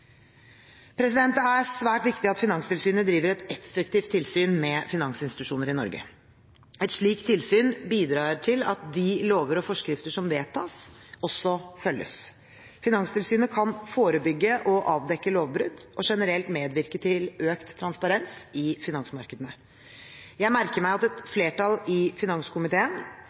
Det er svært viktig at Finanstilsynet driver et effektivt tilsyn med finansinstitusjoner i Norge. Et slikt tilsyn bidrar til at de lover og forskrifter som vedtas, også følges. Finanstilsynet kan forebygge og avdekke lovbrudd og generelt medvirke til økt transparens i finansmarkedene. Jeg merker meg at et flertall i finanskomiteen